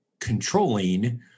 controlling